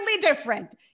different